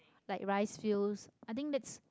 like rice fields I think that's